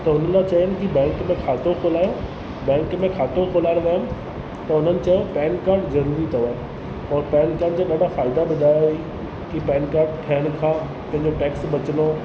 त हुन लाइ चयनि की बैंक में खातो खोलाए बैंक में खातो खोलाइणु वयुमि त उन्हनि चयो पैन कार्ड ज़रूरी अथव और पैन कार्ड जा ॾाढा फ़ाइदा ॿुधायईं की पैन कार्ड ठहण खां तुंहिंजो टैक्स बचंदो